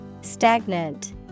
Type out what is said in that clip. Stagnant